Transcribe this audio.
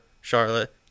Charlotte